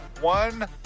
one